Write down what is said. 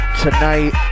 Tonight